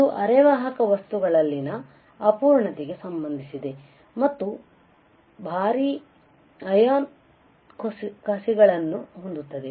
ಇದು ಅರೆವಾಹಕ ವಸ್ತುಗಳಲ್ಲಿನ ಅಪೂರ್ಣತೆಗೆ ಸಂಬಂಧಿಸಿದೆ ಮತ್ತು ಭಾರೀ ಅಯಾನು ಕಸಿಗಳನ್ನು ಹೊಂದಿರುತ್ತದೆ